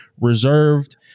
reserved